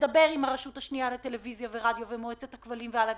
לדבר עם הרשות השנייה לטלוויזיה ורדיו ועם מועצת הכבלים והלוויין,